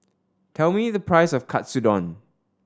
tell me the price of Katsudon